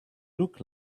look